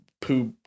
poop